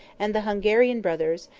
and the hungarian brothers,